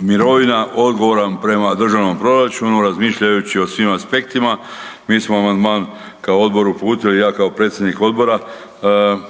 mirovina odgovoran prema državnom proračunu razmišljajući o svim aspektima mi smo amandman kao odbor uputili i ja kao predsjednik odbora